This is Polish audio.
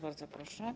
Bardzo proszę.